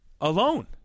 alone